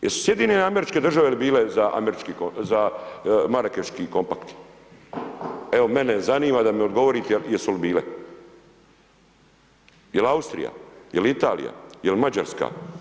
Jesu SAD bile za Marakeški kompakt, evo mene zanima da me odgovorite jesu li bile, jel Austrija, jel Italija, jel Mađarska?